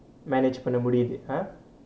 manage பண்ண முடிது:panna mudithu !huh!